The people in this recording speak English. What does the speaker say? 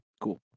cool